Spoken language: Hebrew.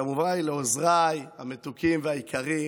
וכמובן לעוזריי המתוקים והיקרים,